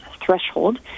threshold